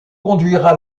conduira